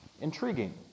Intriguing